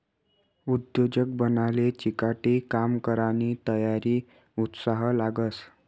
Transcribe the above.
उद्योजक बनाले चिकाटी, काम करानी तयारी, उत्साह लागस